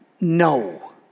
no